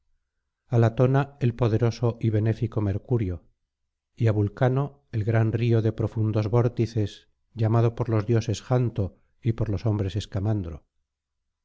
á latona el poderoso y benéfico mercurio y á vulcano el gran río de profundos vórtices llamado por los dioses janto y por los hombres